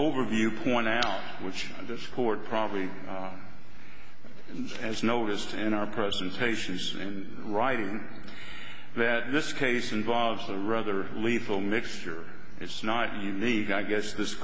overview point out which this court probably as noticed in our presentation is in writing that this case involves a rather lethal mixture it's not unique i guess this